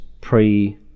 pre